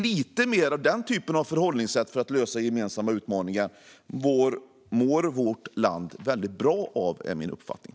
Lite mer av det förhållningssättet för att lösa gemensamma utmaningar mår vårt land väldigt bra av. Det är min uppfattning.